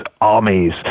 armies